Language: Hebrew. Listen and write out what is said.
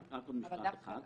רק עוד משפט אחד.